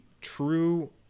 true